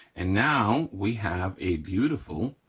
and now we have a beautiful,